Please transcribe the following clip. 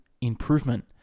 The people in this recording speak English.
improvement